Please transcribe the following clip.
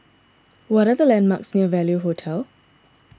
what are the landmarks near Value Hotel